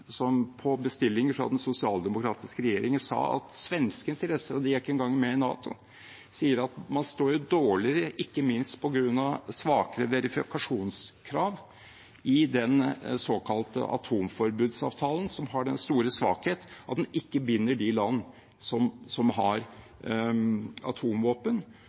som på bestilling fra den sosialdemokratiske regjeringen sa at svenske interesser – og svenskene er ikke engang med i NATO – står dårligere, ikke minst på grunn av svakere verifikasjonskrav i den såkalte atomforbudsavtalen, som har den store svakhet at den ikke binder de land som har atomvåpen,